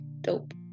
dope